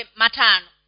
matano